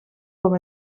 com